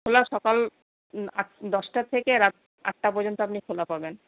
খোলা সকাল দশটা থেকে রাত আটটা পর্যন্ত আপনি খোলা পাবেন